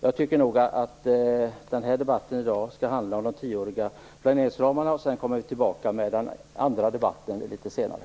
Jag tycker att debatten i dag skall handla om en tioårig planeringsram. Sedan kommer vi tillbaka i andra debatter litet senare.